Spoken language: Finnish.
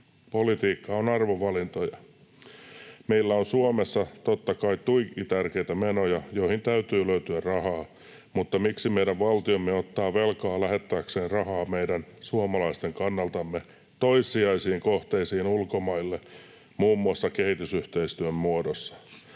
Politiikka on arvovalintoja. Meillä on Suomessa, totta kai, tuiki tärkeitä menoja, joihin täytyy löytyä rahaa, mutta miksi meidän valtiomme ottaa velkaa lähettääkseen rahaa meidän suomalaisten kannalta toissijaisiin kohteisiin ulkomaille muun muassa kehitysyhteistyön muodossa?